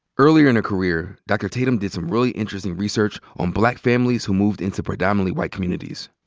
earlier in her career, dr. tatum did some really interesting research on black families who moved into predominantly white communities.